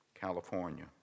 California